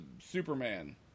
Superman